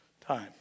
time